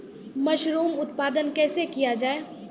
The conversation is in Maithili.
मसरूम उत्पादन कैसे किया जाय?